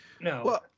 No